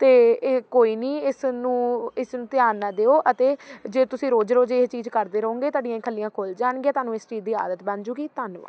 ਅਤੇ ਇਹ ਕੋਈ ਨਹੀਂ ਇਸ ਨੂੰ ਇਸ ਨੂੰ ਧਿਆਨ ਨਾ ਦਿਓ ਅਤੇ ਜੇ ਤੁਸੀਂ ਰੋਜ਼ ਰੋਜ਼ ਇਹ ਚੀਜ਼ ਕਰਦੇ ਰਹੋਗੇ ਤੁਹਾਡੀਆਂ ਖੱਲੀਆਂ ਖੁੱਲ੍ਹ ਜਾਣਗੀਆਂ ਤੁਹਾਨੂੰ ਇਸ ਚੀਜ਼ ਦੀ ਆਦਤ ਬਣ ਜਾਊਗੀ ਧੰਨਵਾਦ